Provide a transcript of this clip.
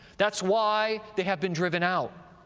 that's why they have been driven out.